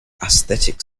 aesthetic